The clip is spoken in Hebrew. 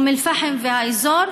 אום אל-פחם והאזור,